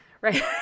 right